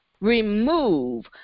Remove